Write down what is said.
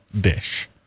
dish